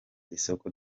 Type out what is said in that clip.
isoko